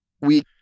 we-